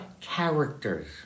characters